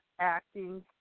acting